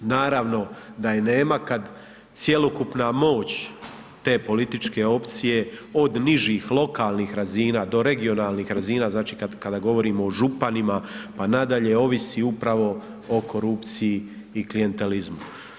Naravno da je nema kad cjelokupna moć te političke opcije od nižih lokalnih razina do regionalnih razina, znači kada govorimo o županima pa nadalje ovisi upravo o korupciji i klijentelizmu.